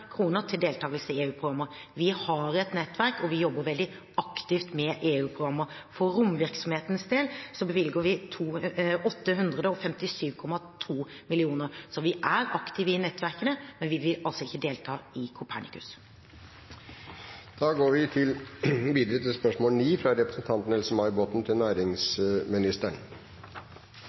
til deltakelse i EU-programmer. Vi har et nettverk, og vi jobber veldig aktivt med EU-programmer. For romvirksomhetens del bevilger vi 857,2 mill. kr. Så vi er aktive i nettverkene, men vi vil altså ikke delta i Copernicus. Da går vi til